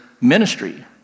ministry